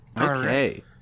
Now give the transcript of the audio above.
Okay